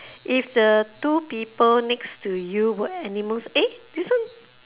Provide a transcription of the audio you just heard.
if the two people next to you were animals eh this one